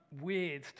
weird